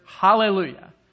hallelujah